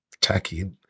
tacky